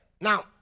Now